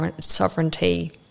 sovereignty